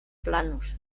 planos